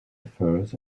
affairs